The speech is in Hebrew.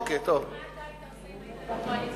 מה אתה היית עושה אם היית בקואליציה?